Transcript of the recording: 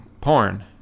porn